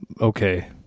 Okay